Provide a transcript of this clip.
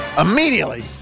immediately